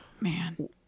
man